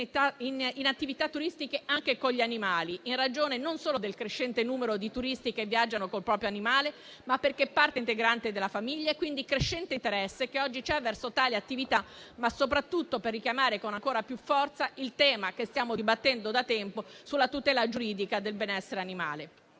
in attività turistiche con gli animali, in ragione non solo del crescente numero di turisti che viaggiano con il proprio animale, ma perché parte integrante della famiglia (quindi crescente interesse che oggi c'è verso tale attività), ma soprattutto per richiamare con ancora più forza il tema che stiamo dibattendo da tempo sulla tutela giuridica del benessere animale.